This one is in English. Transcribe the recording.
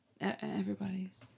Everybody's